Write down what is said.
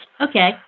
Okay